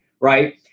right